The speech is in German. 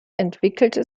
entwickelte